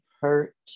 hurt